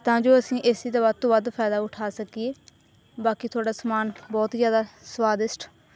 ਤਾਂ ਜੋ ਅਸੀਂ ਇਸ ਚੀਜ਼ ਦਾ ਵੱਧ ਤੋਂ ਵੱਧ ਫਾਇਦਾ ਉਠਾ ਸਕੀਏ ਬਾਕੀ ਤੁਹਾਡਾ ਸਮਾਨ ਬਹੁਤ ਜ਼ਿਆਦਾ ਸਵਾਦਿਸ਼ਟ